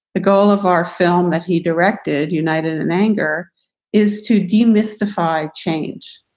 the goal of our film that he directed united in anger is to demystify change.